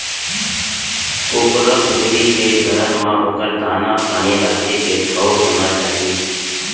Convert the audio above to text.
कुकरा कुकरी के घर म ओकर दाना, पानी राखे के ठउर होना चाही